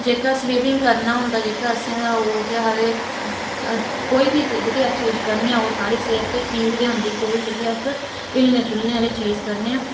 जेह्का स्विमिंग करना होंदा जेह्का असें ते ओह् केह् आक्खदे कोई बी जेह्की चीज़ अस करने आं ओह् साढ़े सेह्त आस्तै ठीक ते होंदी ते अस हिल्लने झुल्लने आह्ली चीज़ करने आं